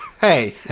hey